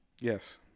Yes